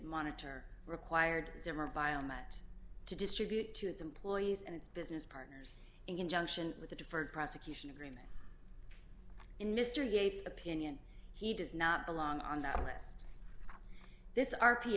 monitor required zimmer biomet to distribute to its employees and its business partners in conjunction with a deferred prosecution agreement in mr gates opinion he does not belong on that list this r p